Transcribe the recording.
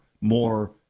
more